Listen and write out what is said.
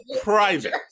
private